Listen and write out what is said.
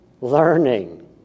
learning